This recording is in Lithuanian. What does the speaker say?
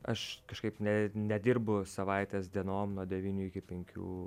aš kažkaip ne nedirbu savaitės dienom nuo devynių iki penkių